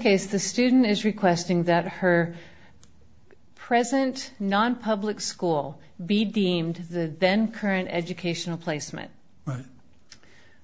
case the student is requesting that her present nonpublic school be deemed the then current educational placement